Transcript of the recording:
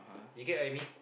you get what I mean